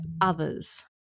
others